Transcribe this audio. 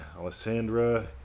Alessandra